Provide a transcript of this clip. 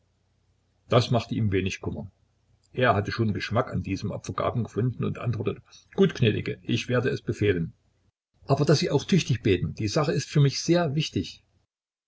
das machte ihm wenig kummer er hatte schon geschmack an diesen opfergaben gefunden und antwortete gut gnädige ich werde es befehlen aber daß sie auch tüchtig beten die sache ist für mich sehr wichtig